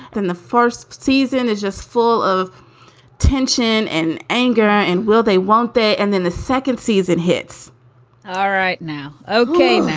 then the first season is just full of tension and anger. and will they? won't they? and then the second season hits ah right now okay